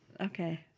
Okay